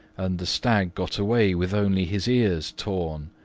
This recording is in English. and the stag got away with only his ears torn,